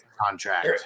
contract